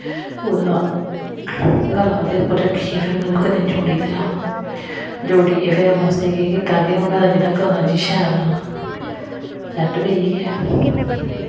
ओह्दा गला ओह्दे पर रक्खियै फिर में ओह्दे कन्नै जोड़ी लेआ जोड़ियै फिर में उस्सी केह् कीता के हून मेरा जेह्ड़ा गला जी शैल ओह् सैट्ट बेही गेआ